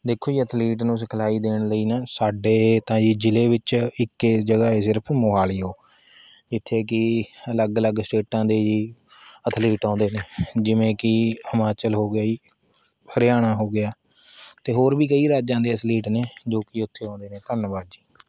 ਦੇਖੋ ਜੀ ਐਥਲੀਟ ਨੂੰ ਸਿਖਲਾਈ ਦੇਣ ਲਈ ਨਾ ਸਾਡੇ ਤਾਂ ਜੀ ਜ਼ਿਲ੍ਹੇ ਵਿੱਚ ਇੱਕ ਏ ਜਗ੍ਹਾ ਹੈ ਸਿਰਫ਼ ਮੋਹਾਲੀ ਓ ਜਿੱਥੇ ਕਿ ਅਲੱਗ ਅਲੱਗ ਸਟੇਟਾਂ ਦੇ ਜੀ ਐਥਲੀਟ ਆਉਂਦੇ ਨੇ ਜਿਵੇਂ ਕਿ ਹਿਮਾਚਲ ਹੋ ਗਿਆ ਜੀ ਹਰਿਆਣਾ ਹੋ ਗਿਆ ਅਤੇ ਹੋਰ ਵੀ ਕਈ ਰਾਜਾਂ ਦੇ ਐਥਲੀਟ ਨੇ ਜੋ ਕਿ ਉੱਥੇ ਆਉਂਦੇ ਨੇ ਧੰਨਵਾਦ ਜੀ